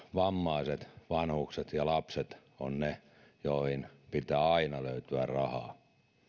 vammaiset vanhukset ja lapset ovat ne joihin pitää aina löytyä rahaa